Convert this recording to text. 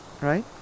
right